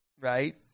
Right